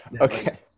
Okay